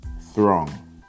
Throng